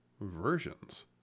versions